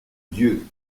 dieu